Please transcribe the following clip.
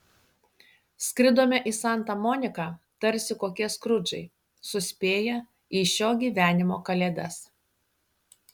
skridome į santa moniką tarsi kokie skrudžai suspėję į šio gyvenimo kalėdas